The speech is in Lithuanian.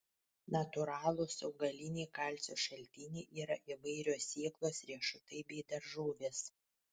natūralūs augaliniai kalcio šaltiniai yra įvairios sėklos riešutai bei daržovės